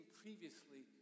previously